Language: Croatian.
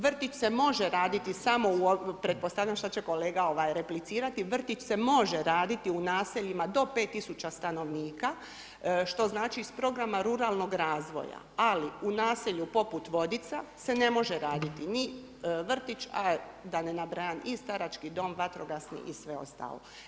Vrtić se može raditi samo, pretpostavljam šta će kolega replicirati, vrtić se može raditi u naseljima do pet tisuća stanovnika, što znači iz programa Ruralnog razvoja, ali u naselju poput Vodica se ne može raditi ni vrtić, a da ne nabrajam i starački dom, vatrogasni i sve ostalo.